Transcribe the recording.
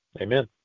Amen